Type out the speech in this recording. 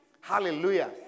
Hallelujah